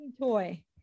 toy